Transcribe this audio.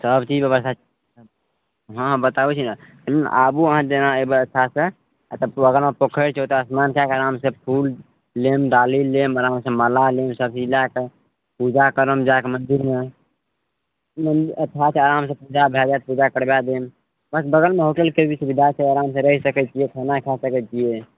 सब चीजके व्यवस्था छै हँ बताबय छी ने आबू अहाँ जेना अयबय अच्छासँ एतऽ बगलमे पोखरि छै ओतऽ स्न्नान कए कऽ आरामसँ फूल लेब डाली लेब आरामसँ माला लेब सब चीज लए कऽ पूजा करब जाकऽ मन्दिरमे अच्छा छै आरामसँ पूजा भए जायत पूजा करबा देब बस बगलमे होटलके भी सुविधा छै आरामसँ रहि सकय छियै खाना खा सकय छियै